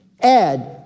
add